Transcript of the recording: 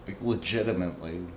Legitimately